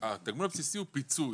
התגמול הבסיסי הוא פיצוי,